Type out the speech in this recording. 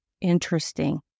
Interesting